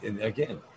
again